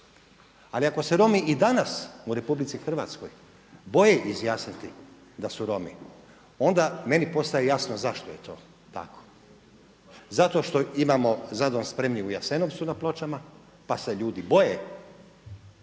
Ali ako se Romi i danas u RH boje izjasniti da su Romi onda meni postaje jasno zašto je to tako. Zato što imamo „Za dom spremni“ u Jasenovcu na pločama pa se ljudi boje, zato